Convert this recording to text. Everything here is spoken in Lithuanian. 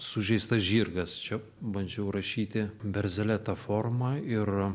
sužeistas žirgas čia bandžiau rašyti berzaleta forma ir